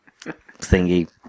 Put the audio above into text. Thingy